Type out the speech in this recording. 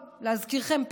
להזכירכם,